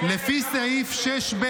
לפי סעיף 6ב